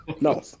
no